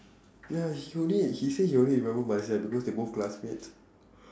ya he only he say he only remember because they both classmates